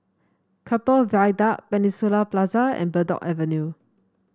Keppel Viaduct Peninsula Plaza and Bridport Avenue